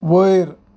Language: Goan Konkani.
वयर